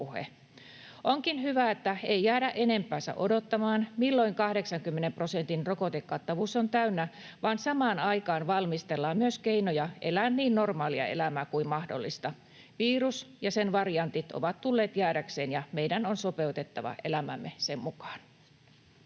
Onkin hyvä, että ei jäädä enempäänsä odottamaan, milloin 80 prosentin rokotekattavuus on täynnä vaan samaan aikaan valmistellaan myös keinoja elää niin normaalia elämää kuin mahdollista. Virus ja sen variantit ovat tulleet jäädäkseen, ja meidän on sopeutettava elämämme sen mukaan.